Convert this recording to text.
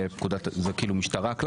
זה קלאסי משטרה.